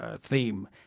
theme